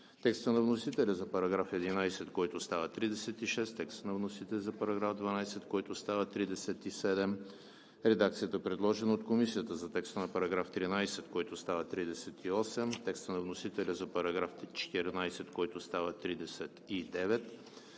текста на вносителя за § 11, който става 36; текста на вносителя за § 12, който става 37; редакцията, предложена от Комисията за текста на § 13, който става 38; текста на вносителя за § 14, който става 39;